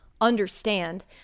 understand